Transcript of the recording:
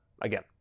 again